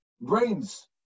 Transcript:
brains